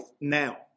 now